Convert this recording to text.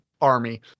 Army